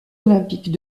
olympiques